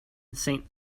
saint